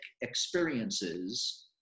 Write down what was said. experiences